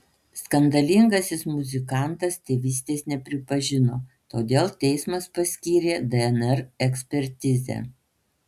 skandalingasis muzikantas tėvystės nepripažino todėl teismas paskyrė dnr ekspertizę